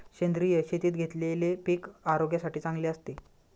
सेंद्रिय शेतीत घेतलेले पीक आरोग्यासाठी चांगले असते